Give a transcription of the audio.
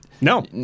No